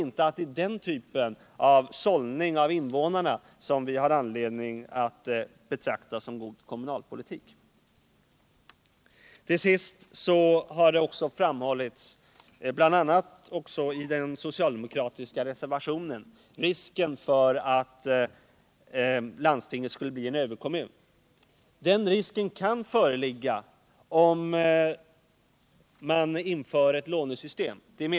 Men den typen av sållning av invånarna tror jag inte att vi har anledning att betrakta som god kommunalpolitik. Det har i debatten framhållits — det sägs också i den socialdemokratiska reservationen — att risken är att landstinget blir en överkommun. Jag medger att den risken kan föreligga om man inför ett lånesystem.